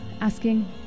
asking